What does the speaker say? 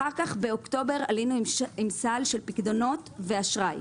אחר כך באוקטובר עלינו עם סל של פיקדונות ואשראי,